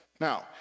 Now